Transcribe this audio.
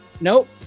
Nope